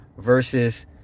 versus